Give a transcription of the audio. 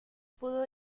pudo